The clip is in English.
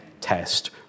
test